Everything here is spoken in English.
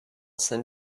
send